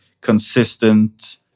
consistent